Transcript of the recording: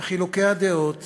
וחילוקי הדעת